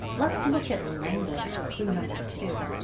let's look at language, clue number two.